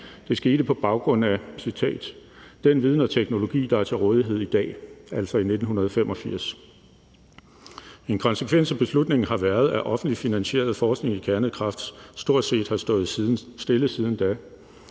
Det skete på baggrund af – citat – den viden og teknologi, der er til rådighed i dag, altså i 1985. En konsekvens af beslutningen har været, at offentligt finansieret forskning i kernekraft stort set har stået stille siden da.